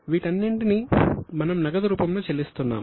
వీటన్నింటికీ మనం నగదు రూపంలో చెల్లిస్తున్నాము